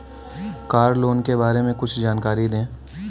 Car loan के बारे में कुछ जानकारी दें?